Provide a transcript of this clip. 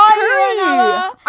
curry